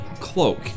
cloak